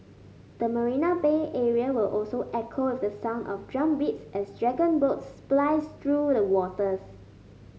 the Marina Bay area will also echo with the sound of drumbeats as dragon boats splice through the waters